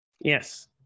Yes